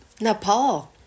Nepal